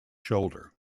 shoulder